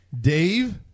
Dave